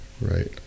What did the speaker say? right